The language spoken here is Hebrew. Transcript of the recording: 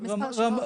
זה מספר שעות.